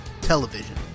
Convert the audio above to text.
television